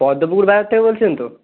পদ্মপুকুর বাজার থেকে বলছেন তো